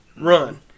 run